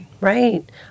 right